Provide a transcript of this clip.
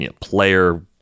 player